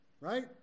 Right